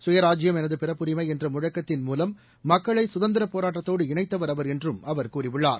சுயராஜ்யம் எனதுபிறப்புரிமைஎன்றமுழக்கத்தின் மூலம் மக்களைசுதந்திரப் போராட்டத்தோடு இணைத்தவர் அவர் என்றும் அவர் கூறியுள்ளார்